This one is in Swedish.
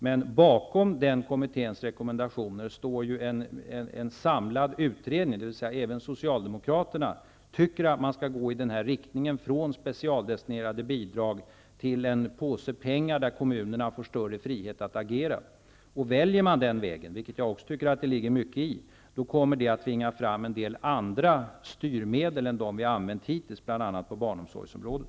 Men bakom den kommitténs rekommendationer står ju en samlad utredning, dvs. även socialdemokraterna anser att man skall arbeta i riktningen från specialdestinerade bidrag till en påse pengar som ger kommunerna större frihet att agera, vilket också jag tycker att det ligger mycket i. Om man väljer den vägen, kommer detta att tvinga fram en del andra styrmedel än dem som har använts hittills, bl.a. på barnomsorgsområdet.